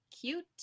cute